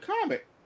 comic